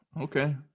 Okay